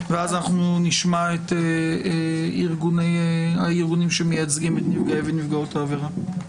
ואז נשמע את הארגונים שמייצגים את נפגעי ונפגעות העבירה.